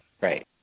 Right